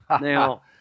now